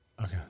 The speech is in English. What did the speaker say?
Okay